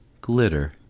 glitter